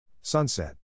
Sunset